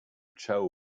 chao